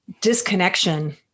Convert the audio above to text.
disconnection